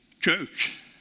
church